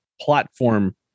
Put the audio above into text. platform